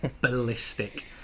ballistic